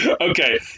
Okay